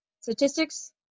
statistics